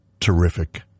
Terrific